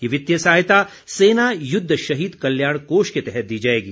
यह वित्तीय सहायता सेना युद्ध शहीद कल्याण कोष के तहत दी जाएगी